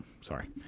sorry